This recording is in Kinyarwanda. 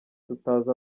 tutazi